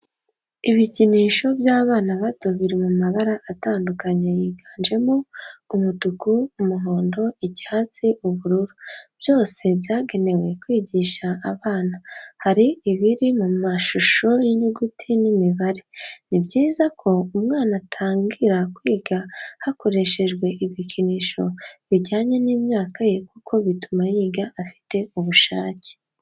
Ibikinisho by'abana bato biri mu mabara atandukanye yiganjemo umutuku, umuhondo, icyatsi, ubururu, byose byagenewe kwigisha abana hari ibiri mu ishusho y'inyuguti n'imibare. Ni byiza ko umwana atangira kwiga hakoreshejwe ibikinisho bijyanye n'imyaka ye kuko bituma yiga afite ubushake.